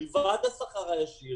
מלבד השכר הישיר